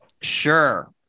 Sure